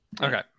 Okay